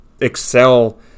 excel